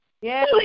Yes